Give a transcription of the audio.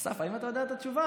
אסף, האם אתה יודע את התשובה?